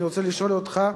אני רוצה לשאול אותך,